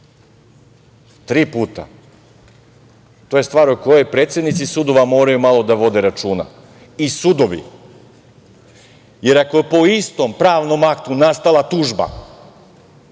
tri puta. To je stvar o kojoj predsednici sudova moraju malo da vode računa i sudovi, jer ako je po istom pravnom aktu nastala tužba,